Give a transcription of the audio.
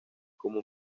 como